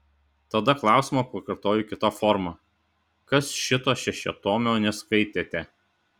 tada klausimą pakartoju kita forma kas šito šešiatomio neskaitėte